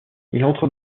entre